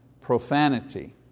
profanity